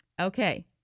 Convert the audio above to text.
okay